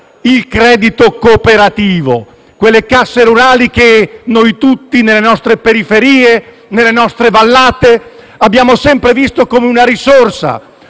il credito cooperativo, quelle casse rurali che noi tutti, nelle nostre periferie, nelle nostre vallate, abbiamo sempre visto come una risorsa